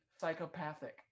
psychopathic